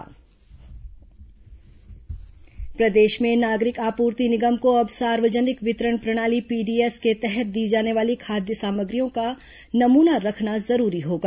PDS खाद्य सामग्री नमूना प्रदेश में नागरिक आपूर्ति निगम को अब सार्वजनिक वितरण प्रणाली पीडीएस के तहत दी जाने वाली खाद्य सामग्रियों का नमूना रखना जरूरी होगा